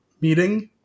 meeting